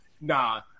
nah